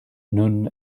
nun